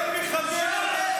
הגרוע ביותר.